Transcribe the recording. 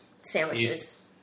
Sandwiches